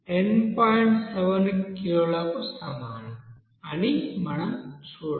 7 కిలోలకు సమానం అని మనం చూడవచ్చు